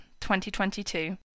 2022